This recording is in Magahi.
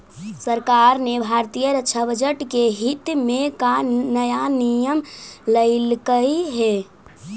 सरकार ने भारतीय रक्षा बजट के हित में का नया नियम लइलकइ हे